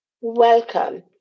Welcome